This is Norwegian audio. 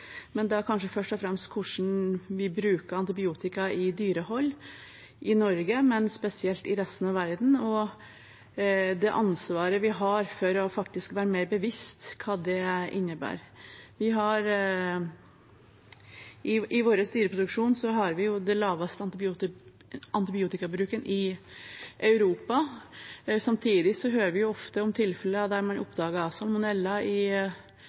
kanskje først og fremst om hvordan vi bruker antibiotika i dyrehold – i Norge, men spesielt i resten av verden – og det ansvaret vi har for faktisk å være mer bevisst på hva det innebærer. I vår dyreproduksjon har vi den laveste antibiotikabruken i Europa. Samtidig hører vi ofte om tilfeller der man oppdager salmonella i importert kjøtt, osv. I